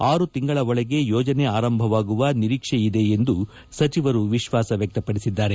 ಆರು ತಿಂಗಳ ಒಳಗೆ ಯೋಜನೆ ಆರಂಭವಾಗುವ ನಿರೀಕ್ಷೆ ಇದೆ ಎಂದು ಸಚಿವರು ವಿಶ್ವಾಸ ವ್ಯಕ್ತಪಡಿಸಿದ್ದಾರೆ